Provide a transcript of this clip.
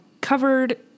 covered